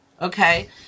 Okay